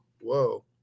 whoa